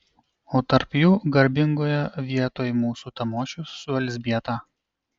o tarp jų garbingoje vietoj mūsų tamošius su elzbieta